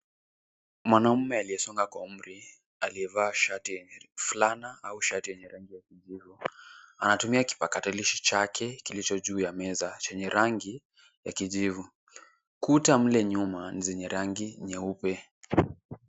Mwanaume aliyesonga kwa umri aliyevaa shati yenye fulana au shati yenye rangi ya kijivu, anatumia kipakatalishi chake kilicho juu ya meza chenye rangi ya kijivu , kuta mle nyuma ni zenye rangi nyeupe.